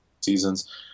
seasons